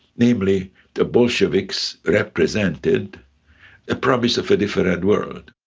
namely the bolsheviks represented the promise of a different world.